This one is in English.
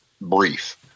brief